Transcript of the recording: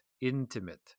intimate